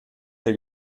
der